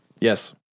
Yes